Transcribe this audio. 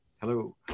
hello